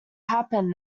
happened